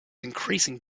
increasing